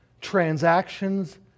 transactions